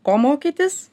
ko mokytis